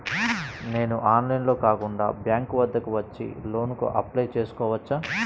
నేను ఆన్లైన్లో కాకుండా బ్యాంక్ వద్దకు వచ్చి లోన్ కు అప్లై చేసుకోవచ్చా?